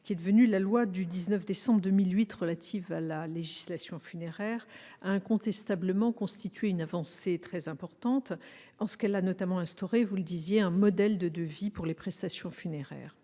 loi, devenue la loi du 19 décembre 2008 relative à la législation funéraire, a incontestablement constitué une avancée très importante. Elle a notamment instauré, vous l'indiquiez, un modèle de devis pour les prestations funéraires.